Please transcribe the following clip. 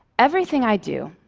everything i do,